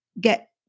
get